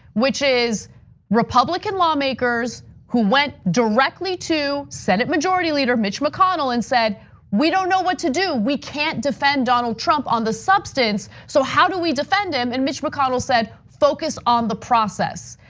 which is republican lawmakers who went directly to senate majority leader mitch mcconnell and said we don't know what to do. we can't defend donald trump on the substance, so how do we defend him? and mitch mcconnell said, focus on the process.